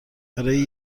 برای